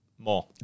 more